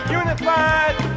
unified